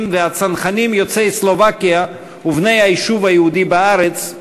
והצנחנים יוצאי סלובקיה ובני היישוב היהודי בארץ,